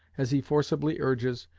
as he forcibly urges,